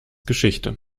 geschichte